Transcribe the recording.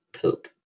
poop